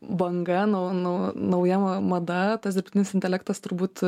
banga nau nau nauja mada tas dirbtinis intelektas turbūt